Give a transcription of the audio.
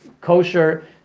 kosher